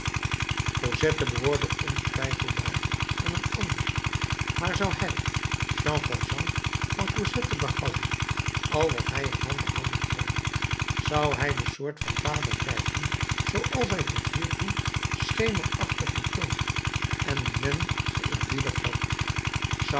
cosette behoorde ontwijfelbaar aan een ander maar zou hij jean valjean van cosette behouden al wat hij ervan behouden kon zou hij de soort van vader blijven zooals hij tot hiertoe schemerachtig betoond en dien men geëerbiedigd had zou